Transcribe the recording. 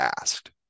asked